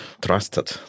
trusted